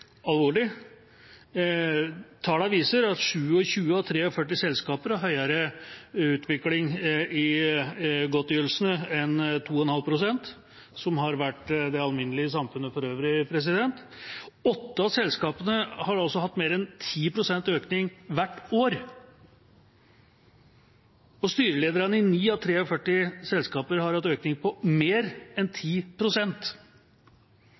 alvorlig. Tallene viser at 27 av 43 selskaper har sterkere utvikling i godtgjørelsene enn 2,5 pst., som har vært det alminnelige i samfunnet for øvrig. Åtte av selskapene har også hatt mer enn 10 pst. økning hvert år, og styrelederne i 9 av 43 selskaper har hatt en økning på